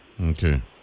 Okay